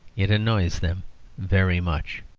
it annoys them very much.